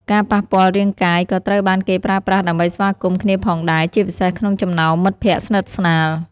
ការប៉ះពាល់រាងកាយ ក៏ត្រូវបានគេប្រើប្រាស់ដើម្បីស្វាគមន៍គ្នាផងដែរ ជាពិសេសក្នុងចំណោមមិត្តភក្តិស្និទ្ធស្នាល។